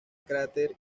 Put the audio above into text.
cráter